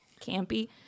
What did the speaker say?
campy